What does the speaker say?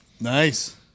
Nice